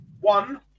One